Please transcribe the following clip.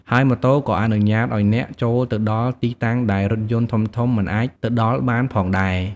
ហើយម៉ូតូក៏អនុញ្ញាតឱ្យអ្នកចូលទៅដល់ទីតាំងដែលរថយន្តធំៗមិនអាចទៅដល់បានផងដែរ។